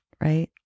right